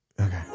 Okay